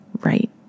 right